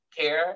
care